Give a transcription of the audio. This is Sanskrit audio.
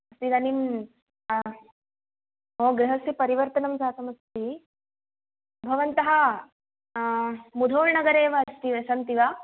इदानीं मम गृहस्य परिवर्तनं जातमस्ति भवन्तः मुधोल् नगरे एव अस्ति वा सन्ति वा